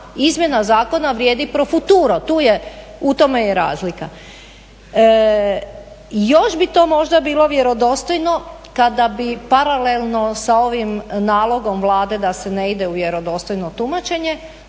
izmjena zakona vrijedi pro futuro. U tome je razlika. Još bi to možda bilo vjerodostojno kada bi paralelno sa ovim nalogom Vlade da se ne ide u vjerodostojno tumačenje